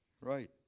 Right